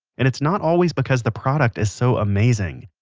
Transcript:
and it's not always because the product is so amazing.